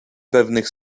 pewnych